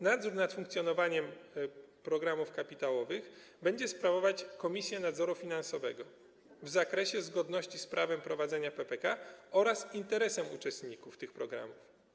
Nadzór nad funkcjonowaniem programów kapitałowych będzie sprawować Komisja Nadzoru Finansowego w zakresie zgodności z prawem prowadzenia PPK oraz zgodności z interesem uczestników tych programów.